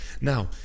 now